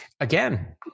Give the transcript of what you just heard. Again